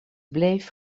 bleef